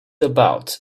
about